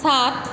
সাত